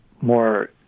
more